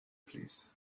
plîs